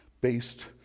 based